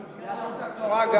יהדות התורה גם.